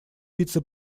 вице